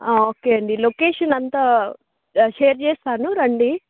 okay అండి location అంతా share చేస్తాను రండి